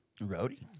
Roadie